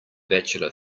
bachelor